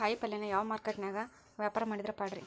ಕಾಯಿಪಲ್ಯನ ಯಾವ ಮಾರುಕಟ್ಯಾಗ ವ್ಯಾಪಾರ ಮಾಡಿದ್ರ ಪಾಡ್ರೇ?